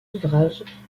ouvrages